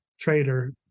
trader